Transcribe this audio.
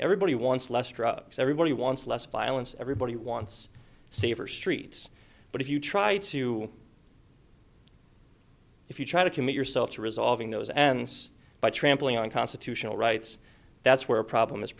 everybody wants less drugs everybody wants less violence everybody wants safer streets but if you try to if you try to commit yourself to resolving those and by trampling on constitutional rights that's where a problem is